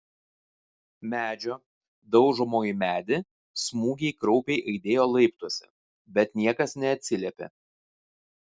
medžio daužomo į medį smūgiai kraupiai aidėjo laiptuose bet niekas neatsiliepė